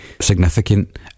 significant